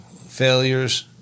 failures